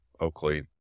Oakley